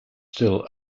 still